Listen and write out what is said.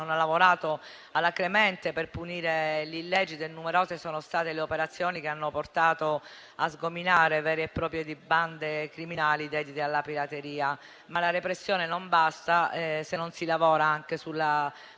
hanno lavorato alacremente per punire gli illeciti e numerose sono state le operazioni che hanno portato a sgominare vere e proprie bande criminali dedite alla pirateria. Ma la repressione non basta, se non si lavora anche sulla prevenzione;